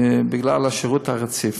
עניין השירות הרציף.